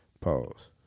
pause